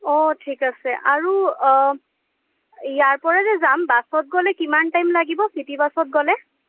অঁ ঠিক আছে আৰু ইয়াৰপৰা যে যাম বাছত গ'লে কিমান টাইম লাগিব চিটি বাছত গ'লে